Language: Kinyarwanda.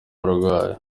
abarwayi